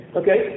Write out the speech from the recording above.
okay